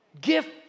Gift